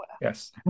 Yes